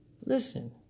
Listen